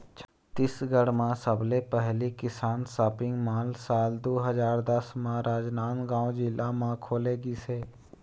छत्तीसगढ़ म सबले पहिली किसान सॉपिंग मॉल साल दू हजार दस म राजनांदगांव जिला म खोले गिस हे